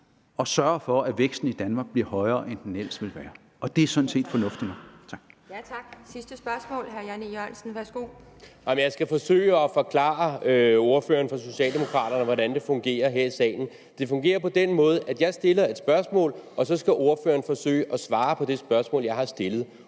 og sørger for, at væksten i Danmark bliver højere, end den ellers ville være blevet. Det er sådan set fornuftigt nok.